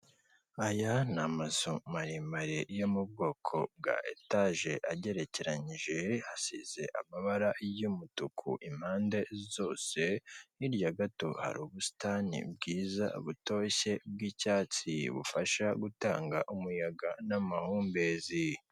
Aya ni amazu maremare yo mu bwoko bwa etaje agerekeranyije, hasize amabara y'umutuku impande zose, hirya gato hari ubusitani bwiza, butoshye, bw'icyatsi, bufasha gutanga umuyaga n'amahumbezi.